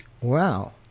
Wow